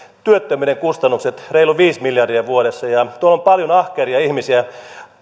työttömyyden kustannukset reilu viisi miljardia vuodessa ja tuolla on paljon ahkeria ihmisiä